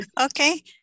Okay